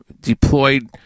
deployed